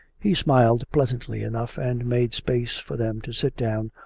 he smiled pleasantly enough, and made space for them to sit down,